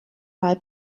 mal